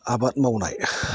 आबाद मावनाय